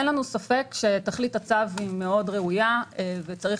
אין לנו ספק שתכלית הצו מאוד ראויה וצריך